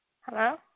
Hello